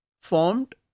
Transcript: Formed